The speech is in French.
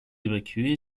évacué